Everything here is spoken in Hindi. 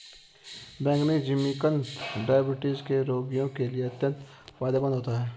बैंगनी जिमीकंद डायबिटीज के रोगियों के लिए अत्यंत फायदेमंद होता है